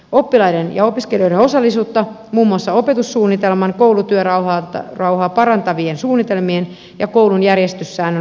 oppilaiden ja opiskelijoiden osallisuutta muun muassa opetussuunnitelman koulutyörauhaa parantavien suunnitelmien ja koulun järjestyssäännön osalta lisätään